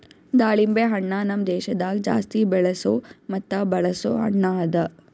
ದಾಳಿಂಬೆ ಹಣ್ಣ ನಮ್ ದೇಶದಾಗ್ ಜಾಸ್ತಿ ಬೆಳೆಸೋ ಮತ್ತ ಬಳಸೋ ಹಣ್ಣ ಅದಾ